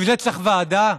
בשביל זה צריך ועדה?